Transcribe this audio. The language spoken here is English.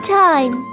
time